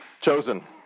chosen